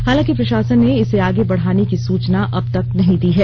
हालांकि प्रशासन ने इसे आगे बढाने की सुचना अब तक नहीं दी है